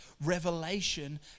revelation